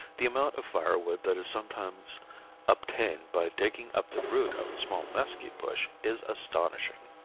the amount of firewood that is sometimes obtained by digging up the root of a small mesquite bush is astonishing.